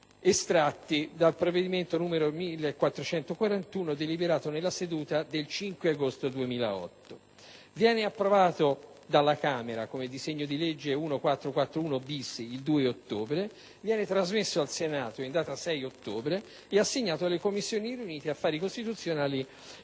estratti dal disegno di legge n. 1441, deliberato dalla Camera nella seduta del 5 agosto 2008. Viene approvato dalla Camera come disegno di legge n. 1441-*bis* il 2 ottobre, trasmesso al Senato in data 6 ottobre e assegnato alle Commissioni riunite affari costituzionali